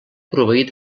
proveir